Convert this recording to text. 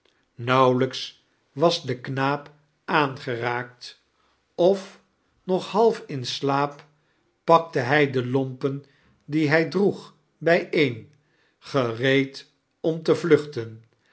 nauwelijks was de knaap aangeraast of nog half in slaap i pa kte hij de lompen die hij droeg bijeen gereed om te vluchten